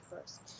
first